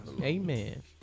Amen